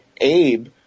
Abe